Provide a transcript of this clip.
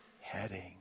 heading